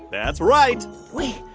that's right wait.